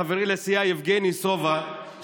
לחברי לסיעה יבגני סובה,